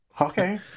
Okay